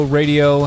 radio